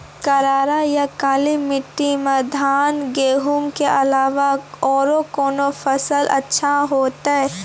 करार या काली माटी म धान, गेहूँ के अलावा औरो कोन फसल अचछा होतै?